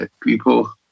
people